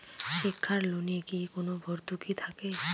শিক্ষার লোনে কি কোনো ভরতুকি থাকে?